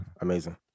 amazing